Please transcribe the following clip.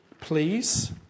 please